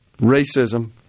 racism